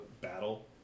battle